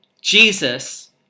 Jesus